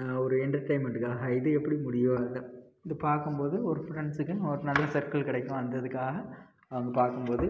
நான் ஒரு என்டெர்டெயின்மெண்ட்டுக்காக இது எப்படி முடியும் இது பார்க்கும் போது ஒரு ஃப்ரெண்ட்ஸுக்கு ஒரு நல்ல சர்க்கிள் கிடைக்கும் அந்த இதுக்காக அவங்க பார்க்கும் போது